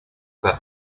their